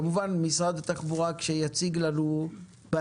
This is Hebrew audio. כמובן כאשר משרד התחבורה יציג לנו בהמשך